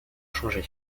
changé